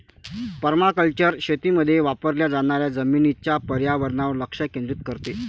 permaculture शेतीमध्ये वापरल्या जाणाऱ्या जमिनीच्या पर्यावरणावर लक्ष केंद्रित करते